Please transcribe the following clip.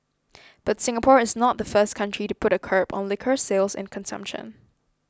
but Singapore is not the first country to put a curb on liquor sales and consumption